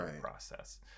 process